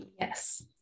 yes